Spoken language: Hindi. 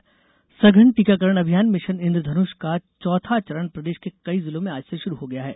मिशन इंद्रधन्ष सघन टीकाकरण अभियान मिशन इंन्द्रधनुष का चौथा चरण प्रदेश के कई जिलों में आज से शुरू हो गया है